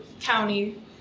county